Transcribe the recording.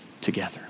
Together